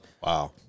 Wow